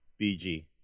BG